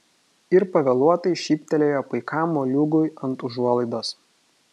ir pavėluotai šyptelėjo paikam moliūgui ant užuolaidos